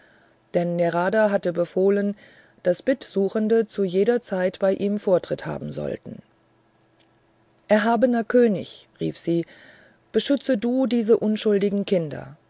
denn narada hatte befohlen daß bittsuchende zu jeder zeit bei ihm vortritt haben sollten erhabener könig rief sie beschütze du diese unschuldigen kinder